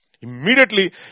Immediately